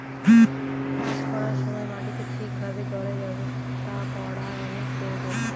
চাষ করার সময় মাটিতে ঠিক ভাবে জলের ব্যবস্থা করার অনেক প্রয়োজন